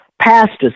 pastors